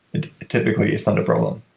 it typically is not a problem.